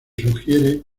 sugiere